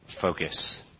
focus